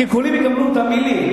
הקלקולים ייגמרו, תאמין לי.